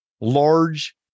large